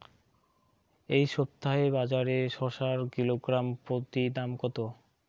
এই সপ্তাহে বাজারে শসার কিলোগ্রাম প্রতি দাম কত?